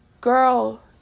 girl